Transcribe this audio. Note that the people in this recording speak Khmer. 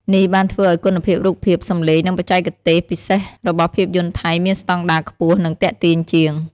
នេះបានធ្វើឲ្យគុណភាពរូបភាព សំឡេង និងបច្ចេកទេសពិសេស របស់ភាពយន្តថៃមានស្តង់ដារខ្ពស់ និងទាក់ទាញជាង។